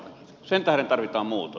sen tähden tarvitaan muutos